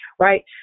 right